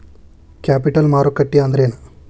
Capital ಮಾರುಕಟ್ಟಿ ಅಂದ್ರೇನ?